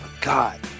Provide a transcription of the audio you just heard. God